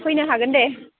फैनो हागोन दे